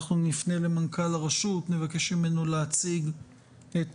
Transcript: נפנה למנכ"ל הרשות ונבקש ממנו להציע את